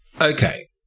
Okay